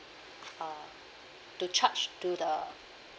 uh to charge to the